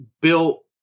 built